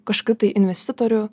kažkokių tai investitorių